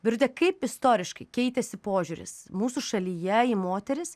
birute kaip istoriškai keitėsi požiūris mūsų šalyje į moteris